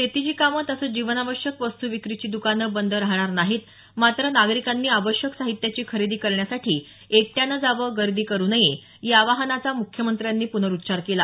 शेतीची कामं तसंच जीवनावश्यक वस्तू विक्रीची दकानं बंद राहणार नाहीत मात्र नागरिकांनी आवश्यक साहित्याची खरेदी करण्यासाठी एकट्यानं जावं गर्दी करू नये या आवाहनाचा मुख्यमंत्र्यांनी पुनरुच्चार केला